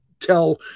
tell